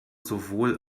sowohl